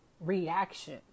reaction